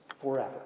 forever